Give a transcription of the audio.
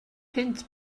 punt